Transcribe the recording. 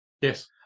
Yes